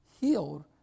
healed